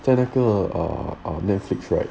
在那个 err err netflix right